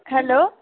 hello